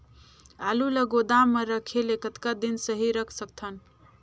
आलू ल गोदाम म रखे ले कतका दिन सही रख सकथन?